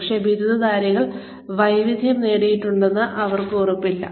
പക്ഷേ ബിരുദധാരികൾ വൈദഗ്ധ്യം നേടിയിട്ടുണ്ടെന്ന് അവർക്ക് ഉറപ്പില്ല